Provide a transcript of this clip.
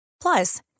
Plus